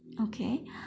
Okay